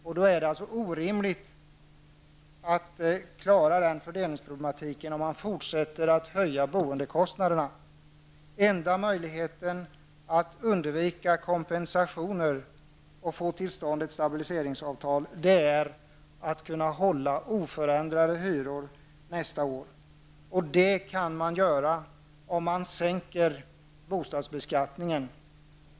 Det är då orimligt att klara fördelningsproblematiken om man fortsätter att höja boendekostnaderna. Den enda möjligheten att undvika kompensationer och få till stånd ett stabiliseringsavtal är att kunna hålla oförändrade hyror nästa år. Det kan man göra om man sänker bostadsbeskattningen.